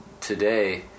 today